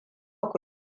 ku